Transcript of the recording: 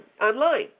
online